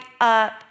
up